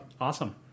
Awesome